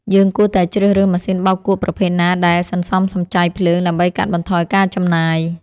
យើងគួរតែជ្រើសរើសម៉ាស៊ីនបោកគក់ប្រភេទណាដែលសន្សំសំចៃភ្លើងដើម្បីកាត់បន្ថយការចំណាយ។